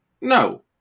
no